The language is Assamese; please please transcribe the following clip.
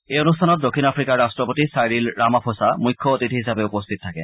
এই অনুষ্ঠানত দক্ষিণ আফ্ৰিকাৰ ৰাষ্ট্ৰপতি চাইৰিল ৰামাফচা মুখ্য অতিথি হিচাপে উপস্থিত থাকে